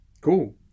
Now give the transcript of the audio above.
Cool